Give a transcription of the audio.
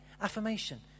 affirmation